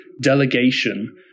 delegation